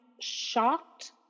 shocked